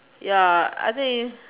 ya I think